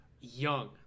Young